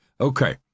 okay